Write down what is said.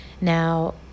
Now